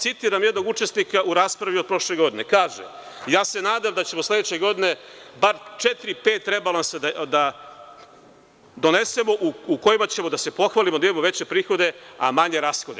Citiram jednog učesnika u raspravi od prošle godine, kaže – ja se nadam da ćemo sledeće godine bar četiri, pet rebalansa da donesemo u kojima ćemo da se pohvalimo da imamo veće prihode, a manje rashode.